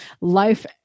life